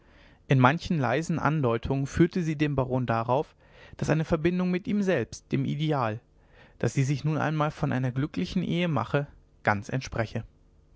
in manchen leisen andeutungen führte sie den baron darauf daß eine verbindung mit ihm selbst dem ideal das sie sich nun einmal von einer glücklichen ehe mache ganz entspreche